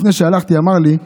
לפני שהלכתי, אמר לי: